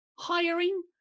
hiring